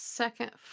second